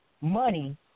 money